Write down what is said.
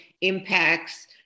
impacts